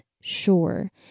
sure